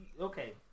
okay